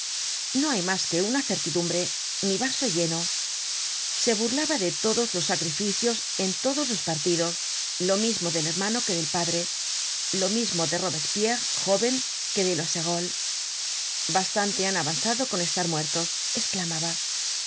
no hay mas que una certidumbre mi vaso lleno se burlaba de todos los sacrificios en todos los partidos lo mismo del hermano que del padre lo mismo de robcspierre jóven que de loizerolles bastante han avanzado con estar muertos esclamaba